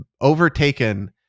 overtaken